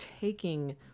taking